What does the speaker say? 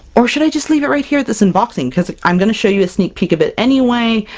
or should i just leave it right here, at this in boxing? because i'm going to show you a sneak peek of it anyway.